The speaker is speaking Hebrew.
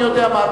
אני יודע.